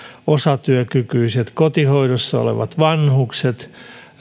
osatyökykyiset kotihoidossa olevat vanhukset